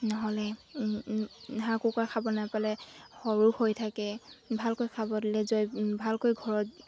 নহ'লে হাঁহ কুকুৰা খাব নাপালে সৰু হৈ থাকে ভালকৈ খাব দিলে জয় ভালকৈ ঘৰত